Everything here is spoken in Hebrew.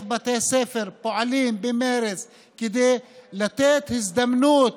בתי הספר פועלים במרץ כדי לתת הזדמנות